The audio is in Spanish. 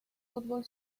fútbol